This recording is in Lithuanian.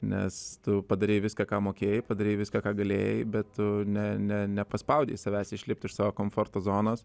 nes tu padarei viską ką mokėjai padarei viską ką galėjai bet tu ne ne nepaspaudei savęs išlipti iš savo komforto zonos